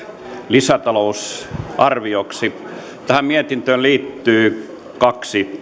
lisätalousarvioksi tähän mietintöön liittyy kaksi